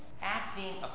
acting